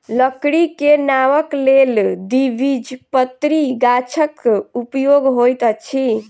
लकड़ी के नावक लेल द्विबीजपत्री गाछक उपयोग होइत अछि